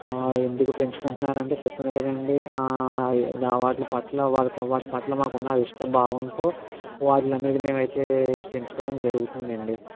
ఎందుకు పెంచుకుంటున్నారంటే చెప్పాను కదండీ వాట్లపట్ల వాటి పట్ల మాకున్న ఇష్ట భావంతో వాట్లమీద మేమైతే పెంచుకోవడం జరుగుతుందండి